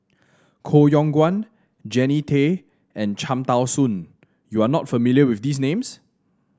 Koh Yong Guan Jannie Tay and Cham Tao Soon you are not familiar with these names